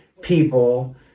people